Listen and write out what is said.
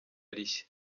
rishya